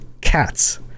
cats